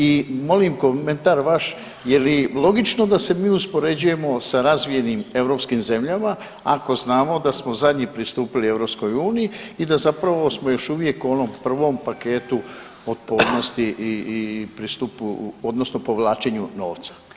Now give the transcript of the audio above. I molim komentar vaš, je li logično da se mi uspoređujemo sa razvijenim europskim zemljama ako znamo da smo zadnji pristupili EU i da zapravo smo još uvijek u onom prvom paketu otpornosti i pristupu odnosno povlačenju novca.